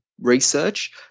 research